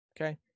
okay